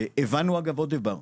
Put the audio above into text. הבנו אגב עוד דבר,